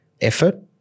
effort